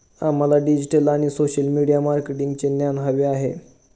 आम्हाला डिजिटल आणि social media मार्केटिंगचे ज्ञान हवे आहे